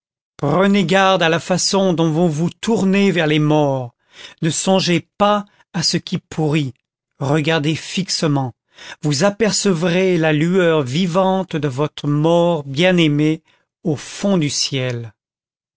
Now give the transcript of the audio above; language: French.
prenez garde à la façon dont vous vous tournez vers les morts ne songez pas à ce qui pourrit regardez fixement vous apercevrez la lueur vivante de votre mort bien-aimé au fond du ciel